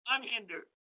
unhindered